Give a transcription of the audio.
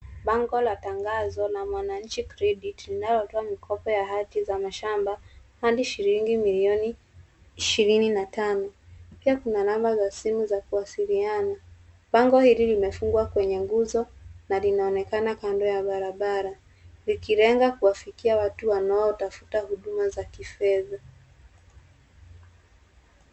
Bango la tangazo la mwananchi credit linalotoa mikopo ya hati za mashamba hadi shilingi milioni ishirini na tano, Pia kuna namba za simu za kuwasiliana. Bango hilo limefungwa kwenye nguzo na linaonekana kando ya barabara, likilenga kuwafikia watu wanaotafuta huduma za kifedha.